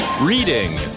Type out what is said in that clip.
Reading